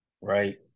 right